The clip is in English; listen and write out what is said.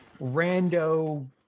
rando